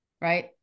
right